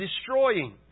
destroying